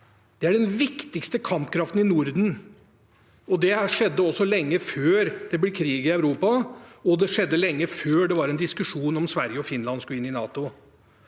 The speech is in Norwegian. Det er den viktigste kampkraften i Norden. Det var det også lenge før det ble krig i Europa, og det var det også lenge før det var en diskusjon om hvorvidt Sverige og Finland skulle inn i NATO.